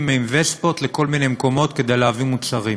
עם וספות לכל מיני מקומות כדי להביא מוצרים.